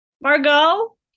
Margot